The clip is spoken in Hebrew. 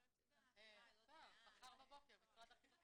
תמיד אפשר לתקן ואני מקווה שהתיקון יבוא.